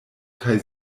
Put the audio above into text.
kaj